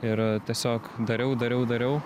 ir tiesiog dariau dariau dariau